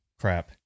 crap